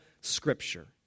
Scripture